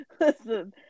Listen